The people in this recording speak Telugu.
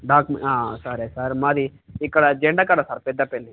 డాకుమె సరే సార్ మాది ఇక్కడ జెండా కాడ సార్ పెద్దపల్లి